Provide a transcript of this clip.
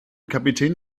kapitän